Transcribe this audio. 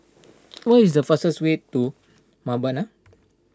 what is the fastest way to Mbabana